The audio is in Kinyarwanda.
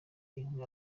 inkwi